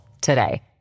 today